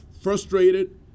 frustrated